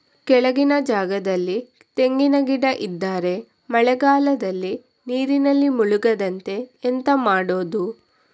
ಕೆಳಗಿನ ಜಾಗದಲ್ಲಿ ತೆಂಗಿನ ಗಿಡ ಇದ್ದರೆ ಮಳೆಗಾಲದಲ್ಲಿ ನೀರಿನಲ್ಲಿ ಮುಳುಗದಂತೆ ಎಂತ ಮಾಡೋದು?